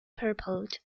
purport